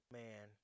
man